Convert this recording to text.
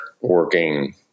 working